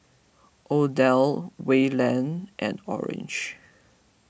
Odell Wayland and Orange